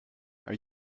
are